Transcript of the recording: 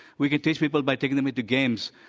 we can teach people by taking them into games.